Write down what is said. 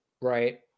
right